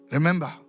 Remember